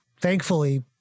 thankfully